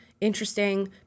interesting